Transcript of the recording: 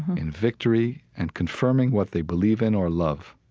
in victory, and confirming what they believe in or love.